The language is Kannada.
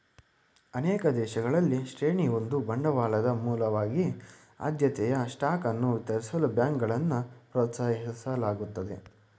ಅನೇಕ ದೇಶಗಳಲ್ಲಿ ಶ್ರೇಣಿ ಒಂದು ಬಂಡವಾಳದ ಮೂಲವಾಗಿ ಆದ್ಯತೆಯ ಸ್ಟಾಕ್ ಅನ್ನ ವಿತರಿಸಲು ಬ್ಯಾಂಕ್ಗಳನ್ನ ಪ್ರೋತ್ಸಾಹಿಸಲಾಗುತ್ತದೆ